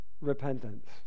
repentance